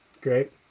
Great